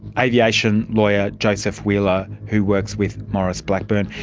aviation lawyer joseph wheeler, who works with maurice blackburn.